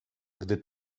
gdy